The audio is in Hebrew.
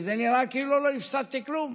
וזה נראה כאילו לא הפסדתי כלום.